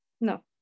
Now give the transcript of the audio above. no